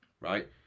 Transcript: right